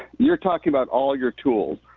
you're talking about all your tools.